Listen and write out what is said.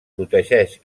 protegeix